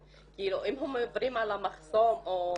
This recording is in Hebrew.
נעשה במקום אחר.